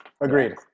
Agreed